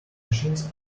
machines